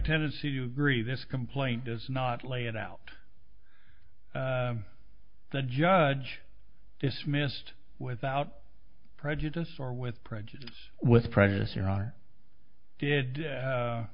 tendency to agree this complaint does not lay it out the judge dismissed without prejudice or with prejudice with prejudice your honor did